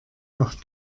auch